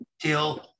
till